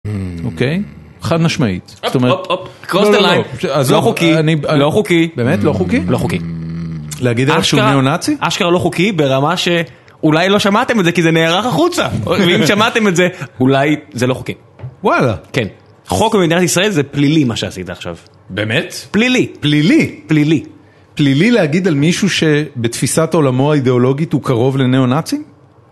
אוקיי? חד-משמעית. אופ, אופ, קרוס דה ליין. לא חוקי, לא חוקי. באמת, לא חוקי? לא חוקי. להגיד עליו שהוא נאו-נאצי? אשכרה לא חוקי ברמה ש... אולי לא שמעתם את זה כי זה נערך החוצה. אם שמעתם את זה, אולי זה לא חוקי. וואלה. כן. חוק במדינת ישראל זה פלילי מה שעשית עכשיו. באמת? פלילי. פלילי? פלילי. פלילי להגיד על מישהו שבתפיסת עולמו האידיאולוגית הוא קרוב לנאו-נאצים?